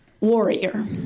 Warrior